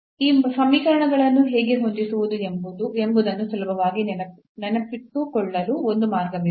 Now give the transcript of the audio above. ಈ ಸಮೀಕರಣಗಳನ್ನು ಹೇಗೆ ಹೊಂದಿಸುವುದು ಎಂಬುದನ್ನು ಸುಲಭವಾಗಿ ನೆನಪಿಟ್ಟುಕೊಳ್ಳಲು ಒಂದು ಮಾರ್ಗವಿದೆ